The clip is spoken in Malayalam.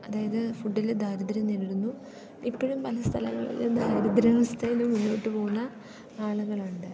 അതായത് ഫുഡിൽ ദാരിദ്ര്യം നേരിടുന്നു ഇപ്പോഴും പല സ്ഥലങ്ങളിലും ദാരിദ്രാവസ്ഥയിൽ മുന്നോട്ടുപോകുന്ന ആളുകളുണ്ട്